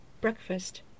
Breakfast